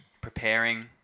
preparing